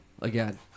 again